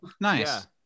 Nice